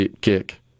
kick